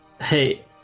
hey